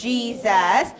Jesus